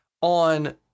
on